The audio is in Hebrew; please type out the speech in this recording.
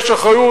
יש אחריות,